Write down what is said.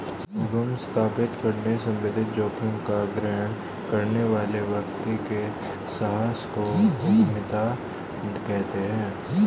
उद्यम स्थापित करने संबंधित जोखिम का ग्रहण करने वाले व्यक्ति के साहस को उद्यमिता कहते हैं